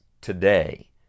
today